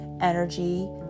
energy